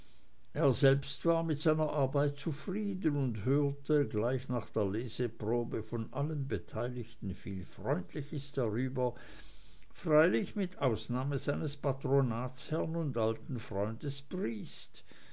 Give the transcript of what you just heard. er selbst war mit seiner arbeit zufrieden und hörte gleich nach der leseprobe von allen beteiligten viel freundliches darüber freilich mit ausnahme seines patronatsherrn und alten freundes briest